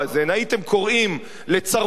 הייתם קוראים לצרפת,